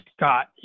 Scott